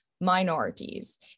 minorities